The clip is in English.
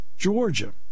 Georgia